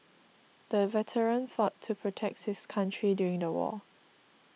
the veteran fought to protect his country during the war